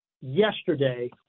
yesterday